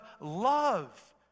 love